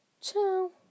ciao